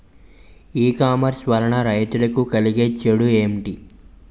ఈ కామర్స్ వలన రైతులకి కలిగే చెడు ఎంటి?